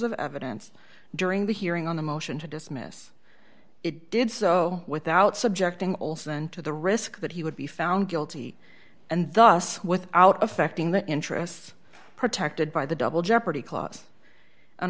of evidence during the hearing on the motion to dismiss it did so without subjecting olson to the risk that he would be found guilty and thus without affecting the interests protected by the double jeopardy clause and